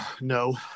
No